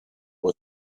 what